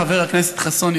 חבר הכנסת חסון,